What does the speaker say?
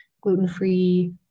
gluten-free